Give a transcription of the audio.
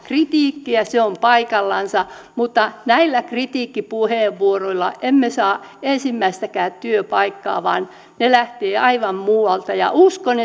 kritiikkiä se on paikallansa mutta näillä kritiikkipuheenvuoroilla emme saa ensimmäistäkään työpaikkaa vaan ne lähtevät aivan muualta ja uskon